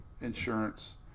insurance